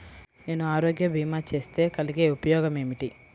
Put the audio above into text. నేను ఆరోగ్య భీమా చేస్తే కలిగే ఉపయోగమేమిటీ?